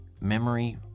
memory